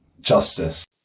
justice